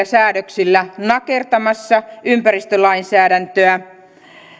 säädöksillä nakertamassa ympäristölainsäädäntöä